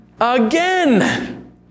Again